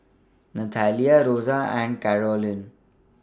Nathalia Rosa and Carolyn